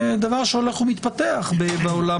זה דבר שהולך ומתפתח בעולם